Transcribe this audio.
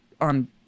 on